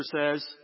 says